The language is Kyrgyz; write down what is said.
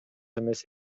эмес